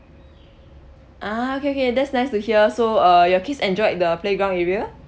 uh okay okay that's nice to hear so uh your kids enjoyed the playground area